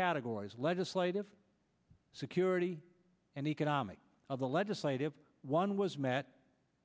categories legislative security and economic of the legislative one was met